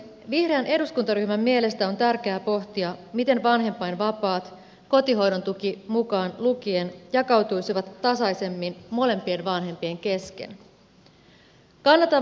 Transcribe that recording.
vihreän eduskuntaryhmän mielestä on tärkeää pohtia miten vanhempainvapaat kotihoidon tuki mukaan lukien jakautuisivat tasaisemmin molempien vanhempien kesken